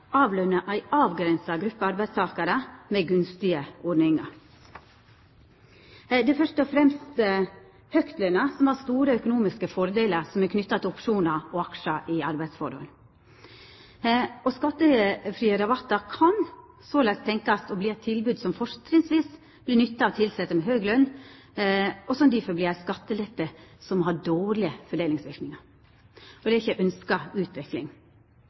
avløna ei avgrensa gruppe arbeidstakarar med gunstige ordningar. Det er først og fremst høgtlønte som har store økonomiske fordelar som er knytte til opsjonar og aksjar i arbeidsforhold. Skattefrie rabattar kan såleis tenkjast å verta eit tilbod som fortrinnsvis vert nytta av tilsette med høg løn, og som difor vert ei skattelette som har dårlege fordelingsverknader. Det er ikkje ei ønskt utvikling.